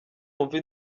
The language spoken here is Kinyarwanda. wumve